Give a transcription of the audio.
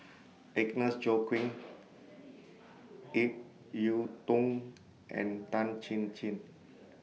Agnes Joaquim Ip Yiu Tung and Tan Chin Chin